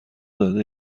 داده